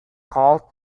called